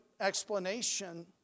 explanation